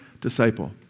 disciple